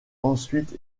ensuite